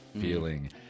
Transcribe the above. feeling